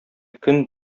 көн